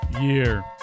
year